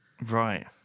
Right